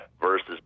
versus